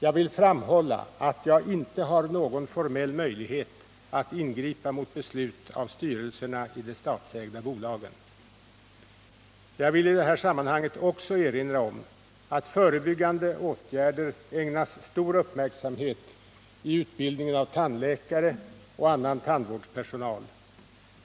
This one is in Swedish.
Jag vill framhålla att jag inte har någon formell möjlighet att ingripa mot beslut av styrelserna i de statsägda bolagen. Jag vill i detta sammanhang också erinra om att förebyggande åtgärder ägnas stor uppmärksamhet i utbildningen av tandläkare och annan tandvårdspersonal.